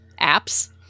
apps